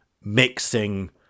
mixing